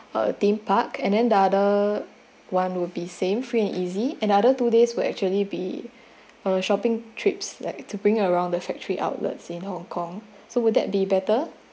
uh theme park and then the other one will be same free and easy another two days will actually be uh shopping trips like to bring around the factory outlets in hong kong so would that be better